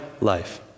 life